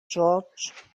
george